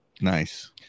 Nice